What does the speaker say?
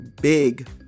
big